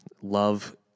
love